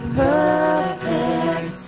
perfect